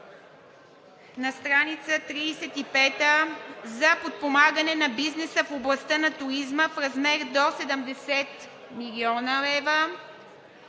на страница 35 „За подпомагане на бизнеса в областта на туризма в размер до 70 млн. лв.